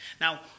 Now